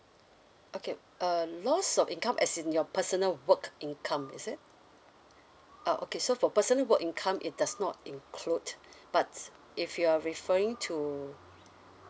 okay uh lost of income as in your personal work income is it ah okay so for personal work income it does not include buts if you're referring to